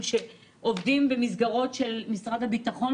שעובדים במסגרות של משרד הביטחון,